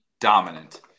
dominant